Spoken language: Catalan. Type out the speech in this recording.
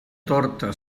torta